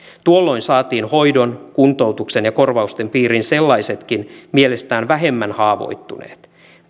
tuolloin saatiin hoidon kuntoutuksen ja korvausten piiriin sellaisetkin mielestään vähemmän haavoittuneet